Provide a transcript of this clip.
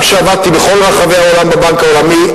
גם כשעבדתי בכל רחבי העולם בבנק העולמי,